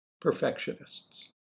perfectionists